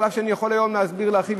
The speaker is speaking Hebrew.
אף שהיום אני יכול להרחיב יותר.